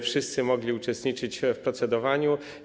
Wszyscy mogli uczestniczyć w procedowaniu.